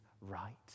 right